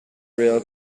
rail